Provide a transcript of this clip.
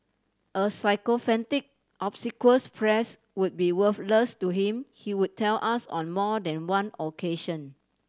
a sycophantic obsequious press would be worthless to him he would tell us on more than one occasion